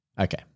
Okay